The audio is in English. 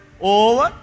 over